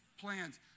plans